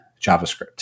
JavaScript